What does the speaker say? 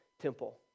temple